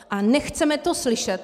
A nechceme to slyšet.